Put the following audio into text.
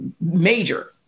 major